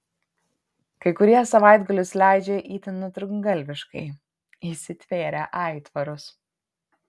kai kurie savaitgalius leidžia itin nutrūktgalviškai įsitvėrę aitvarus